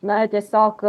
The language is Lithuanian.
na tiesiog